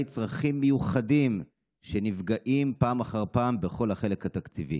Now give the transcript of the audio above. צרכים מיוחדים שנפגעים פעם אחר פעם בכל החלק התקציבי.